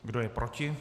Kdo je proti?